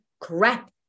crap